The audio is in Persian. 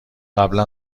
قبلا